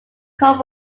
called